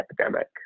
epidemic